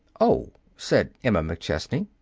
oh, said emma mcchesney.